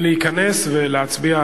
להיכנס ולהצביע.